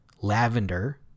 lavender